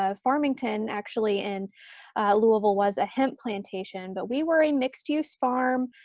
ah farmington, actually in louisville was a hemp plantation, but we were a mixed-use farm.